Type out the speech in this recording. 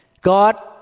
God